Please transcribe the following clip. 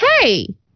hey